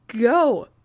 go